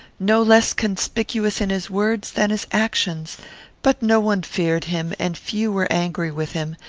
no less conspicuous in his words than his actions but no one feared him, and few were angry with him,